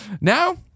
Now